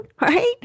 right